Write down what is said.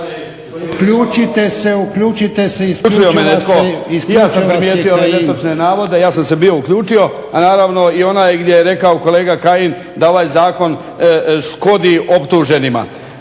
Uključite se. **Milinković, Stjepan (HDZ)** I ja sam primijetio netočne navode, ja sam se bio uključio, a naravno i onaj gdje je rekao kolega Kajin da ovaj zakon škodi optuženima.